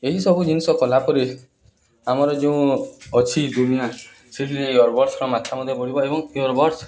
ଏହି ସବୁ ଜିନିଷ କଲାପରେ ଆମର ଯେଉଁ ଅଛି ଦୁନିଆଁ ସେଠି ଯାଇ ଇୟରବଡ଼୍ସର ମାତ୍ରା ମଧ୍ୟ ବଢ଼ିବ ଏବଂ ଇୟରବଡ଼୍ସ